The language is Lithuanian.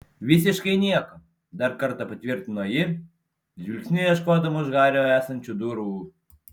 visiškai nieko dar kartą patvirtino ji žvilgsniu ieškodama už hario esančių durų